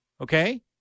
Okay